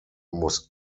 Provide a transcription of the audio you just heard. muss